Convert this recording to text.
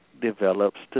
develops